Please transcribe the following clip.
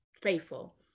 faithful